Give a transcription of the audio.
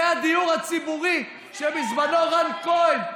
זה הדיור הציבורי שבזמנו רן כהן,